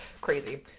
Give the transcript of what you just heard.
crazy